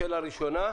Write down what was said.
שאלה שנייה.